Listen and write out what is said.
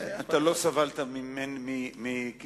לא סבלת מקיצוצים